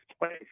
place